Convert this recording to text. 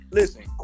listen